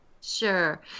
Sure